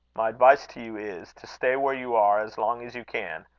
my advice to you is, to stay where you are as long as you can.